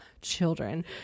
children